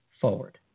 forward